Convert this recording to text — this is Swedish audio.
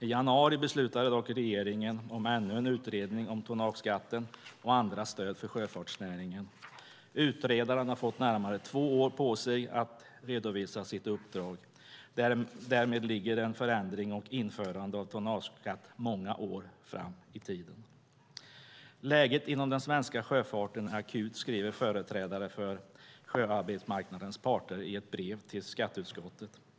I januari beslutade regeringen om ännu en utredning om tonnageskatten och andra stöd för sjöfartsnäringen. Utredaren har fått närmare två år på sig att redovisa sitt uppdrag. Därmed ligger en förändring och införande av tonnageskatt många år fram i tiden. Läget inom den svenska sjöfarten är akut, skriver företrädare för sjöarbetsmarknadens parter i ett brev till skatteutskottet.